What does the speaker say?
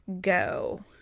go